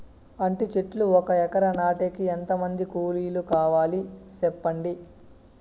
అంటి చెట్లు ఒక ఎకరా నాటేకి ఎంత మంది కూలీలు కావాలి? సెప్పండి?